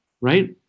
right